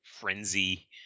Frenzy